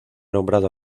nombrado